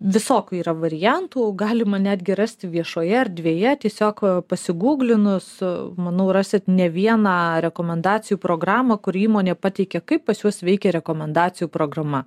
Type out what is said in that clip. visokių yra variantų galima netgi rasti viešoje erdvėje tiesiog pasiguglinu su manau rasi ne vieną rekomendacijų programą kur įmonė pateikia kaip pas juos veikia rekomendacijų programa